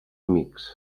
amics